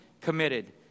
committed